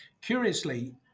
Curiously